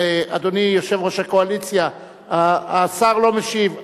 אדוני יושב-ראש הקואליציה, השר לא משיב.